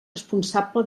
responsable